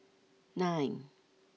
nine